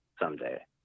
someday